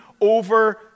over